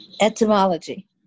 etymology